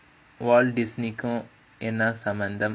walt disney கு என்ன சம்மந்தம்:ku enna sammantham